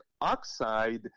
oxide